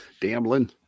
Damlin